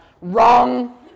wrong